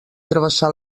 travessà